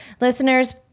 listeners